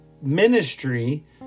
ministry